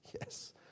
Yes